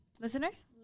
listeners